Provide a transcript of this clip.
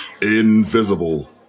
invisible